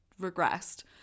regressed